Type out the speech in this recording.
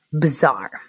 bizarre